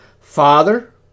Father